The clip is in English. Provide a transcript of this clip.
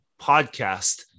podcast